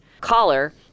collar